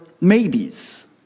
maybes